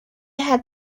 had